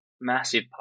massive